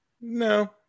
No